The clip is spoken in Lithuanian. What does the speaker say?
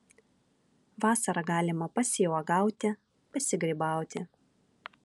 vasarą galima pasiuogauti pasigrybauti